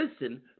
listen